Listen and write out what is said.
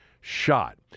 shot